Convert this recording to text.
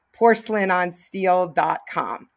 porcelainonsteel.com